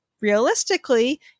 realistically